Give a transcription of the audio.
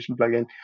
plugin